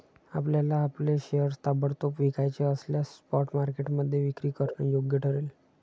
आपल्याला आपले शेअर्स ताबडतोब विकायचे असल्यास स्पॉट मार्केटमध्ये विक्री करणं योग्य ठरेल